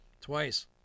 Twice